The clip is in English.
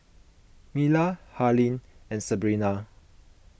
Myla Harlene and Sabrina